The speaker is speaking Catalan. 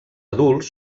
adults